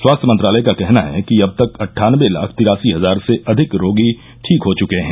स्वास्थ्य मंत्रालय का कहना है कि अब तक अट्ठानबे लाख तिरासी हजार से अधिक रोगी ठीक हो चुके हैं